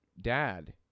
dad